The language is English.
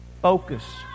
focus